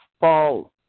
fall